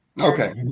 Okay